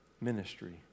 ministry